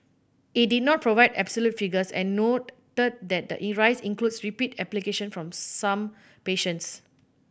it did not provide absolute figures and noted that the rise includes repeat application from some patients